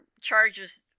charges